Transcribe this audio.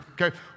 okay